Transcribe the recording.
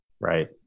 Right